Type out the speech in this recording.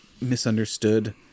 misunderstood